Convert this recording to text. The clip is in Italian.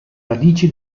radici